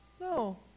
No